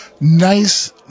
nice